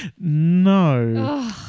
No